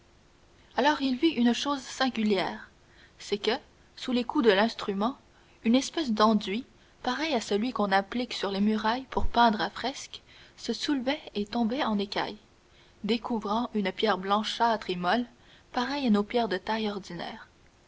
alors il vit une chose singulière c'est que sous les coups de l'instrument une espèce d'enduit pareil à celui qu'on applique sur les murailles pour peindre à fresque se soulevait et tombait en écailles découvrant une pierre blanchâtre et molle pareille à nos pierres de taille ordinaires